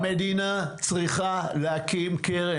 המדינה צריכה להקים קרן.